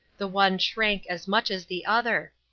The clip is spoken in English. the one shrank as much as the other.